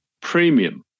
premium